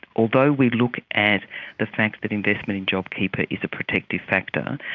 although we look at the fact that investment in jobkeeper is a protective factor,